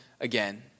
again